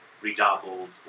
redoubled